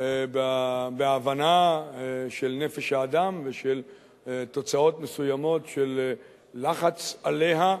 בהבנה של נפש האדם ושל תוצאות מסוימות של לחץ עליה,